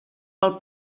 pel